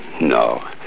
No